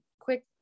quick